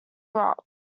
brock